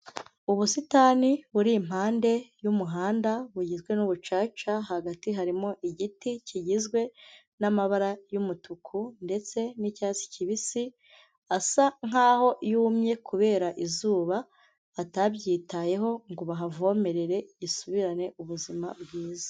Ubusitani buri impande y'umuhanda bugizwe n'umucaca, hagati harimo igiti kigizwe n'amabara y'umutuku ndetse n'icyatsi kibisi, asa nkaho yumye kubera izuba, batabyitayeho ngo bahavomerere isubirane ubuzima bwiza.